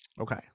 Okay